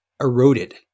eroded